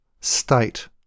State